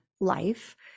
life